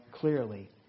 clearly